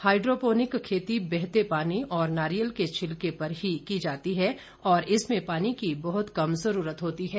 hydroponic खेती बहते पानी और नारियल के छिलके पर ही की जाती है और इसमें पानी की बहुत कम जरूरत होती है